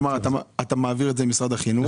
כלומר, אתה מעביר את זה למשרד החינוך.